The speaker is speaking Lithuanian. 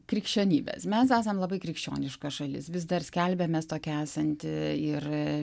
krikščionybės mes esam labai krikščioniška šalis vis dar skelbiamės tokia esanti ir